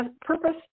Purpose